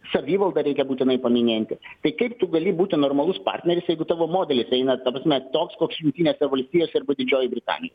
savivaldą reikia būtinai paminėti tai kaip tu gali būti normalus partneris jeigu tavo modelis eina ta prasme toks koks jungtinėse valstijos arba didžiojoj britanijoj